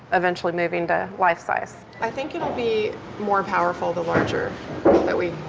eventually moving to life size. i think it'll be more powerful, the larger that we,